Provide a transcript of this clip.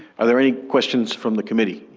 are there any questions from the committee?